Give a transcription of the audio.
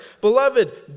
Beloved